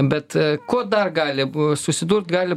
bet ko dar gali susidurt gali